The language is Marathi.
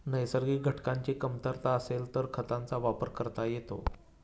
नैसर्गिक घटकांची कमतरता असेल तर खतांचा वापर करता येतो